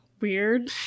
weird